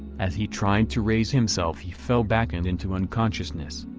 as he tried to raise himself he fell back and into unconsciousness.